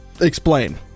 explain